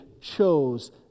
chose